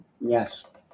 Yes